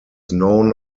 known